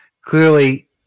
clearly